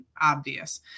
obvious